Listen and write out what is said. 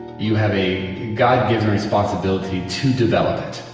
you have a god-given responsibility to develop it.